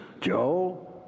Joe